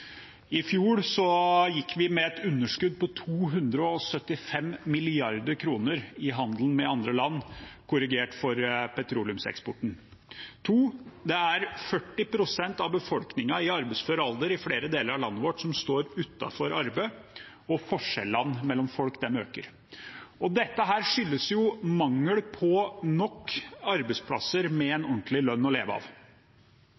I fjor gikk vi med et underskudd på 275 mrd. kr i handel med andre land, korrigert for petroleumseksporten. 40 pst. av befolkningen i arbeidsfør alder i flere deler av landet vårt står utenfor arbeidslivet, og forskjellene mellom folk øker. Dette skyldes mangel på nok arbeidsplasser med